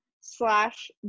slash